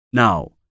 Now